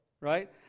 right